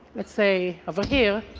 let's say over here.